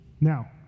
Now